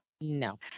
No